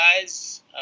guys